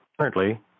Currently